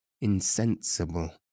insensible